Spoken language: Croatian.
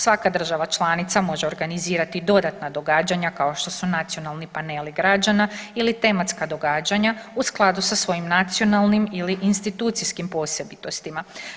Svaka država članica može organizirati i dodatna događanja kao što su nacionalni paneli građana ili tematska događanja u skladu sa svojim nacionalnim ili institucijskim posebitostima.